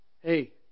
hey